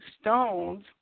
stones